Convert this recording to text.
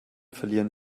verlieren